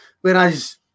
whereas